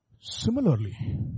Similarly